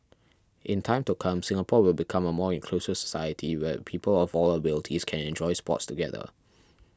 in time to come Singapore will become a more inclusive society where people of all abilities can enjoy sports together